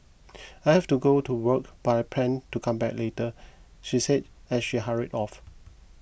I have to go to work but I plan to come back later she said as she hurry off